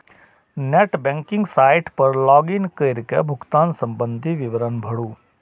net banking site पर log in कैर के भुगतान संबंधी विवरण भरू